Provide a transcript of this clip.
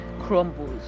crumbles